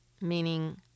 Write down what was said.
meaning